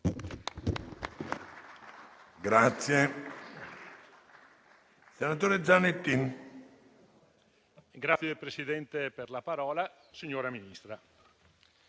Grazie